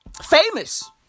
Famous